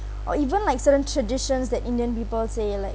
or even like certain traditions that indian people say like